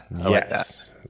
Yes